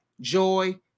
joy